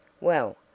Well